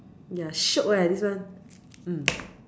ya shiok leh this one mm